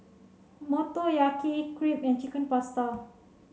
Motoyaki Crepe and Chicken Pasta